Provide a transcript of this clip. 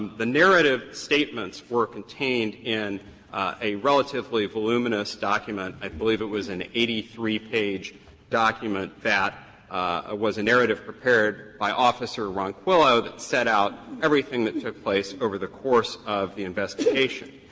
the narrative statements were contained in a relatively voluminous document, i believe it was an eighty three page document, that ah was a narrative prepared by officer ronquillo that set out everything that took place over the course of the investigation.